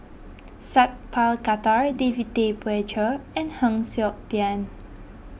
Sat Pal Khattar David Tay Poey Cher and Heng Siok Tian